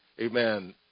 Amen